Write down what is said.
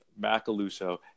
Macaluso